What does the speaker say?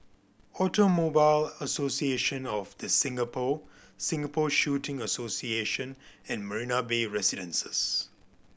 Automobile Association of The Singapore Singapore Shooting Association and Marina Bay Residences